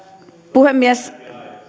puhemies